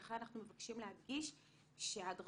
ולכן אנחנו מבקשים להדגיש שההדרכות,